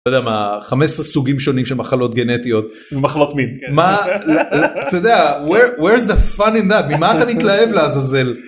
לא יודע מה, 15 סוגים שונים של מחלות גנטיות. ומחלות מין. מה, אתה יודע, where is the funny not, ממה אתה מתלהב לעזאזל?